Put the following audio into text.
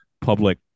public